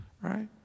right